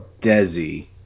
Desi